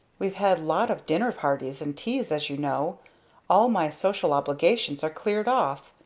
we've had lot of dinner-parties and teas as you know all my social obligations are cleared off!